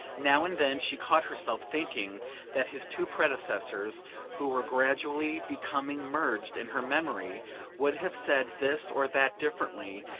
now and then she caught herself thinking that his two predecessors who were gradually becoming merged in her memory would have said this or that differently,